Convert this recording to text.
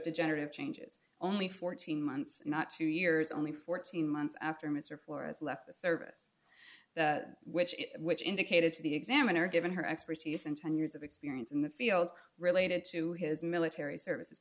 degenerative changes only fourteen months not two years only fourteen months after mr flores left the service which which indicated to the examiner given her expertise and ten years of experience in the field related to his military service